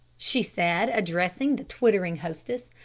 she said, addressing the twittering hostess.